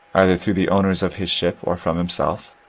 either through the owners of his ship or from himself